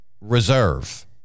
reserve